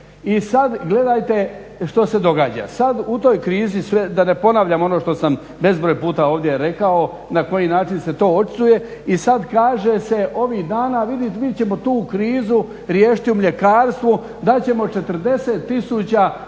I sad gledajte što se događa. Sad u toj krizi sve da ne ponavljam ono što sam bezbroj puta ovdje rekao, na koji način se to očituje i sad kaže se ovih dana vidit mi ćemo tu krizu riješiti u mljekarstvu da ćemo 40 tisuća